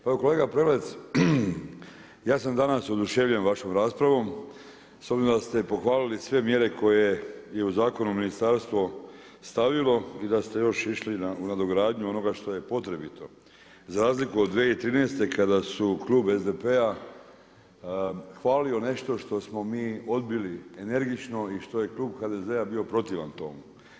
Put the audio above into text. Pa evo kolega Prelec ja sam danas oduševljen vašom raspravom s obzirom da ste pohvalili sve mjere koje je u zakonu ministarstvo stavilo i da ste još išli u nadogradnju onoga što je potrebito za razliku od 2013. kada su klub SDP-a hvalio nešto što smo mi odbili energično i što je klub HDZ-a bio protivan tomu.